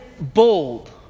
bold